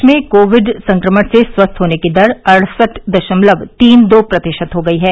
देश में कोविड संक्रमण से स्वस्थ होने की दर अड़सठ दशमलव तीन दो प्रतिशत हो गई है